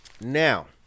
Now